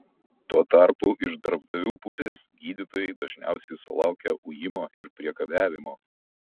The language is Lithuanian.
tuo tarpu iš darbdavių pusės gydytojai dažniausiai sulaukia ujimo ir priekabiavimo